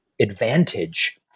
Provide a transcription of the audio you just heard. advantage